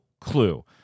clue